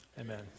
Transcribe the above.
Amen